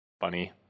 Bunny